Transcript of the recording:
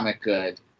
good